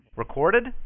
Recorded